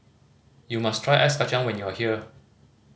you must try ice kacang when you are here